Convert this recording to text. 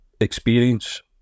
experience